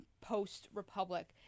post-Republic